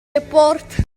report